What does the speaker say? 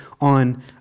on